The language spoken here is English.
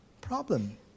problem